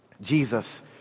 Jesus